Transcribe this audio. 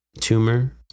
tumor